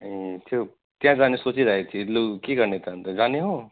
ए त्यो त्यहाँ जाने सोचिराखेको थियो लु के गर्ने त अन्त जाने हो